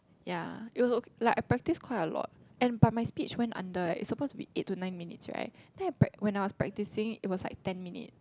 ya it was o~ like I practise quite a lot and but my speech went under eh it's supposed to be eight to nine minutes right then I prac~ when I was practicing it was like ten minute